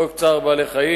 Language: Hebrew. חוק צער בעלי-חיים,